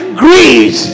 greed